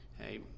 Hey